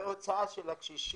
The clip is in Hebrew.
והוצאה של הקשישים,